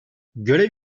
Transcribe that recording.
görev